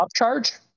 upcharge